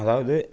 அதாவது